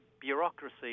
bureaucracy